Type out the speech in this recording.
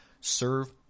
Serve